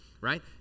right